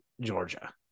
Georgia